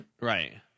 right